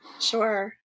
Sure